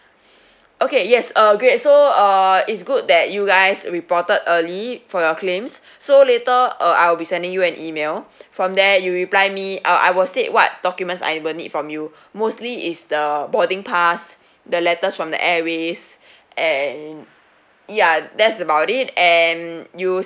okay yes uh great so uh it's good that you guys reported early for your claims so later uh I will be sending you an email from there you reply me uh I will state what documents I will need from you mostly is the boarding pass the letters from the airways and ya that's about it and you